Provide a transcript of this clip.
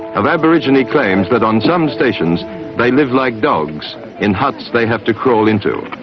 of aborigine claims that on some stations they live like dogs in huts they have to crawl into.